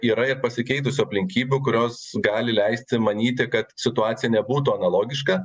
yra ir pasikeitusių aplinkybių kurios gali leisti manyti kad situacija nebūtų analogiška